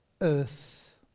earth